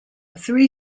three